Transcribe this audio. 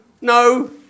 no